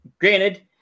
granted